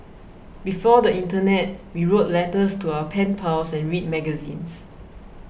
before the internet we wrote letters to our pen pals and read magazines